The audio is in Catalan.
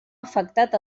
afectat